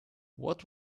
what